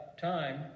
time